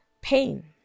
pain